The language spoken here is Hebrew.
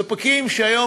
ספקים שהיום